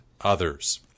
others